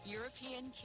European